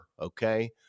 Okay